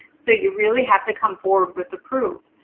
so you really have to come forward with the proof.